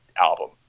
album